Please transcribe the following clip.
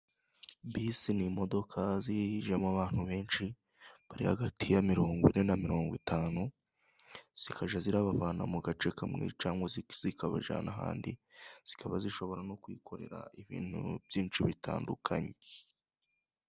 Bisi ni imodoka zijyamo abantu benshi bari hagati ya mirongo ine na mirongo itanu, zikajya zirabavana mu gace kamwe cyangwa se zikabajyana n'ahandi, zikaba zishobora no kwikorera ibintu byinshi bitandukanye.